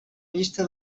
llista